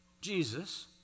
Jesus